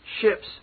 ships